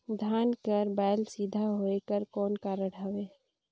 धान कर बायल सीधा होयक कर कौन कारण हवे?